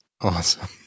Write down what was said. Awesome